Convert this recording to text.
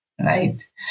Right